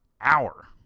hour